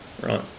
right